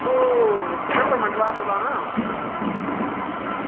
ओह् में पुरमंडल दा बोल्ला ना